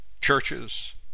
churches